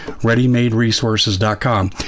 ReadyMadeResources.com